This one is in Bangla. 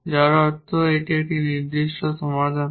যার অর্থ হল যদি একটি নির্দিষ্ট সমাধান হয়